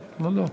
גבאי,